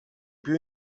più